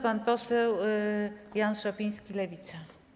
Pan poseł Jan Szopiński, Lewica.